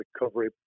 recovery